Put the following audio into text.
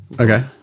Okay